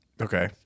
Okay